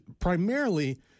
primarily